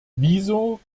wieso